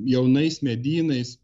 jaunais medynais